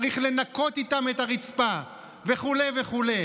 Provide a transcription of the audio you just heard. צריך לנקות איתכם את הרצפה וכו' וכו'.